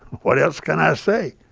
what else can i say?